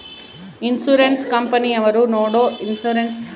Insurance ಕಂಪನಿಯವರು ನೇಡೊ insurance ಮಾಹಿತಿಗಳನ್ನು ನಾವು ಹೆಂಗ ತಿಳಿಬಹುದ್ರಿ?